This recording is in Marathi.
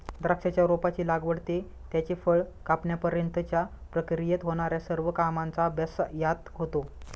द्राक्षाच्या रोपाची लागवड ते त्याचे फळ कापण्यापर्यंतच्या प्रक्रियेत होणार्या सर्व कामांचा अभ्यास यात होतो